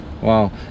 Wow